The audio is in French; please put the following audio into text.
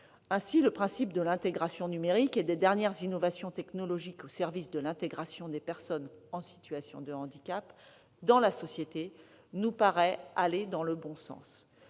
Ainsi, le principe de l'intégration du numérique et des dernières innovations technologiques au service de l'intégration des personnes en situation de handicap dans la société nous paraît aller dans le bon sens.